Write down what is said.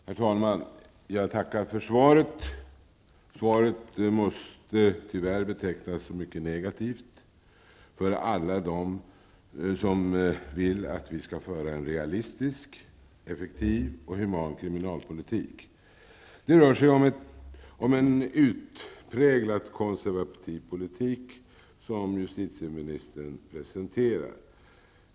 Herr talman! Jag tackar för svaret. Svaret måste tyvärr betecknas som mycket negativt för alla dem som vill att vi skall föra en realistisk, effektiv och human kriminalpolitik. Det rör sig om en utpräglat konservativ politik som justitieministern presenterar.